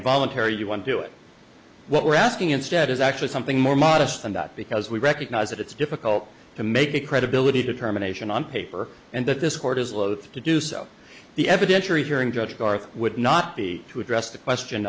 involuntary you want to do it what we're asking instead is actually something more modest than that because we recognize that it's difficult to make a credibility determination on paper and that this court is loath to do so the evidentiary hearing judge garth would not be to address the question